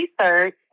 research